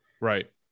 Right